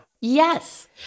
Yes